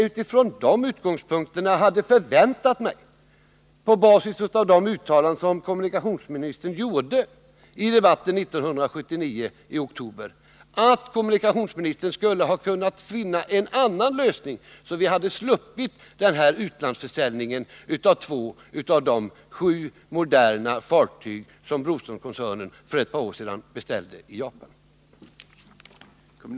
Utifrån den utgångspunkten och på basis av de uttalanden som kommunikationsministern gjorde i debatten i oktober 1979 hade jag väntat mig att kommunikationsministern skulle ha kunnat finna en annan lösning, så att vi hade sluppit den här utlandsförsäljningen av två av de sju moderna fartyg som Broströmskoncernen för ett par år sedan beställde i Japan.